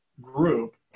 group